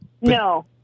No